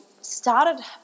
started